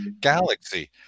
galaxy